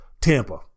Tampa